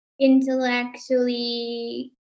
intellectually